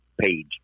page